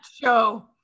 show